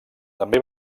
també